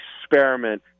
experiment